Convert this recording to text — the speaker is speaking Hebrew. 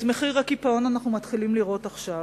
את מחיר הקיפאון אנחנו מתחילים לראות עכשיו,